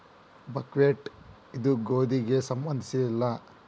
buckwheat ಇದು ಗೋಧಿಗೆ ಸಂಬಂಧಿಸಿಲ್ಲ